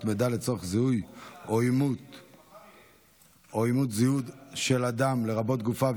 מידע לצורך זיהוי או אימות זהות של אדם לרבות גופה,